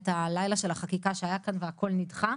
הלילה של החקיקה שהיה כאן והכל נדחה,